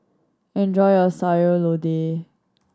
enjoy your Sayur Lodeh